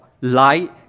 light